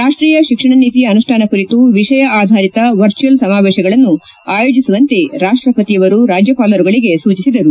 ರಾಷ್ಷೀಯ ಶಿಕ್ಷಣ ನೀತಿ ಅನುಷ್ನಾನ ಕುರಿತು ವಿಷಯ ಆಧಾರಿತ ವರ್ಚುಯಲ್ ಸಮಾವೇಶಗಳನ್ನು ಆಯೋಜಿಸುವಂತೆ ರಾಷ್ಷಪತಿಯವರು ರಾಜ್ಯಪಾಲರುಗಳಿಗೆ ಸೂಚಿಸಿದರು